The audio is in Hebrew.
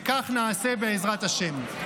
וכך נעשה, בעזרת השם.